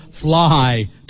fly